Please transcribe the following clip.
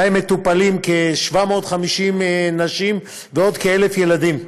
ובהם מטופלים כ-750 נשים ועוד כ-1,000 ילדים.